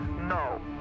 No